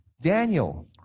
Daniel